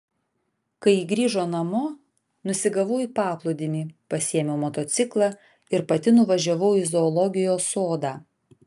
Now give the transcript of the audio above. kai ji grįžo namo nusigavau į paplūdimį pasiėmiau motociklą ir pati nuvažiavau į zoologijos sodą